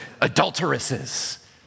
adulteresses